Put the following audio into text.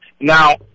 Now